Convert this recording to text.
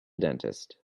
dentist